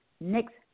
next